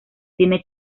cine